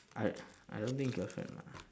I I don't think girlfriend lah